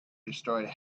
destroyed